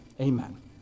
amen